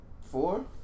Four